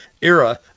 era